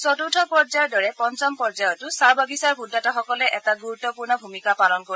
চতূৰ্থ পৰ্যায়ৰ দৰে পঞ্চম পৰ্য্যায়তো চাহ বাগিছাৰ ভোটদাতাসকলে এটা গুৰুত্বপূৰ্ণ ভূমিকা পালন কৰিব